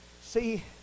see